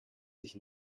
sich